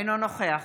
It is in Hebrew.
אינו נוכח